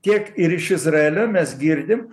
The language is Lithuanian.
tiek ir iš izraelio mes girdim